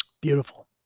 Beautiful